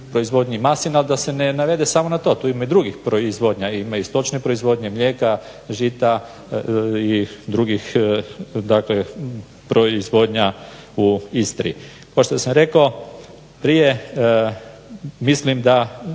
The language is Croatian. proizvodnji maslina, da se ne navede samo na to, tu ima i drugih proizvodnja, ima i stočne proizvodnje, mlijeka, žita i drugih proizvodnja u Istri. Kao što sam rekao prije mislim da